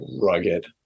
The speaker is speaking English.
rugged